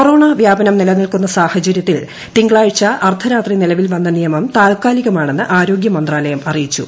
corona വ്യാപനം നിലനിൽക്കുന്ന സാഹചര്യത്തിൽ തിങ്കളാഴ്ച അർദ്ധരാത്രി നിലവിൽ വന്ന നിയമം താൽക്കാലികമാണെന്ന് ആരോഗ്യമന്ത്രാലയം അറിയിച്ചു